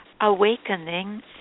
awakening